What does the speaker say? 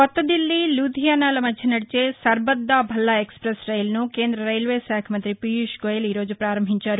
కొత్తదిల్లీ లూథియానాల మధ్య నదిచే సర్బత్ దా భల్లా ఎక్స్పెస్ రైలును కేంద రైల్వేశాఖ మంతి పీయూష్ గోయల్ ఈ రోజు ప్రారంభించారు